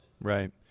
Right